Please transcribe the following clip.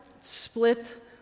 split